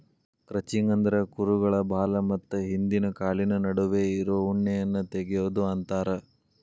crutching ಅಂದ್ರ ಕುರುಗಳ ಬಾಲ ಮತ್ತ ಹಿಂದಿನ ಕಾಲಿನ ನಡುವೆ ಇರೋ ಉಣ್ಣೆಯನ್ನ ತಗಿಯೋದು ಅಂತಾರ